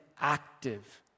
active